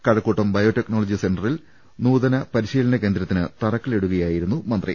Kazhakkoottam biotechnology സെന്റ റിൽ നൂതനപരിശീലനകേന്ദ്രത്തിന് തറക്കല്പ്പിടുകയായിരുന്നു മന്ത്രി